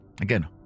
again